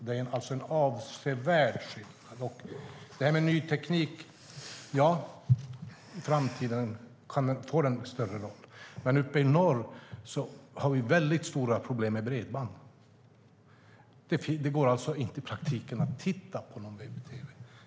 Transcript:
Det är en avsevärd skillnad. Ja, i framtiden får ny teknik en större roll, men uppe i norr har vi väldigt stora problem med bredband. Det går i praktiken inte att titta på webb-tv.